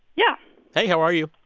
yeah hey, how are you?